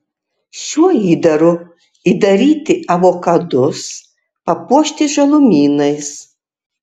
šiuo įdaru įdaryti avokadus papuošti žalumynais